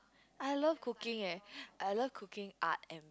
I love cooking eh I love cooking art and